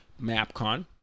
MapCon